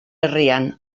herrian